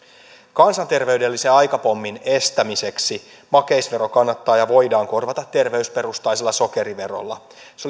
kansanterveydellisen aikapommin estämiseksi makeisvero kannattaa ja voidaan korvata terveysperustaisella sokeriverolla se